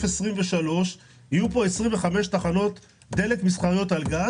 2023 יהיו 25 תחנות דלק מסחריות על גז.